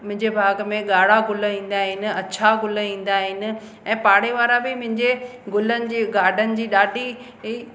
मुंहिंजे बाग़ में ॻाढ़ा गुल ईंदा आहिन अच्छा गुल ईंदा आहिनि ऐं पाड़े वारा बि मुंहिंजे गुलनि जी गाडन जी ॾाढी ई